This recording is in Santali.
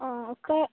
ᱚᱻ ᱚᱠ